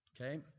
Okay